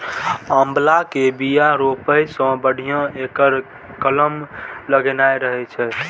आंवला के बिया रोपै सं बढ़िया एकर कलम लगेनाय रहै छै